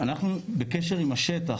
אנחנו בקשר עם השטח,